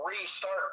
restart